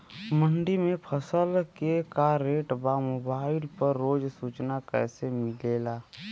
मंडी में फसल के का रेट बा मोबाइल पर रोज सूचना कैसे मिलेला?